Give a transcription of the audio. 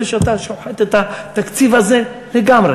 זה שאתה שוחט את התקציב הזה לגמרי.